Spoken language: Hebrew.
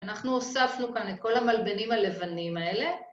אנחנו הוספנו כאן את כל המלבנים הלבנים האלה